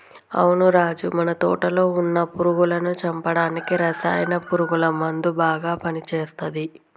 అవును రాజు మన తోటలో వున్న పురుగులను చంపడానికి రసాయన పురుగుల మందు బాగా పని చేస్తది